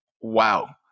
wow